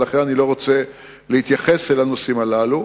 ולכן אני לא רוצה להתייחס לנושאים הללו.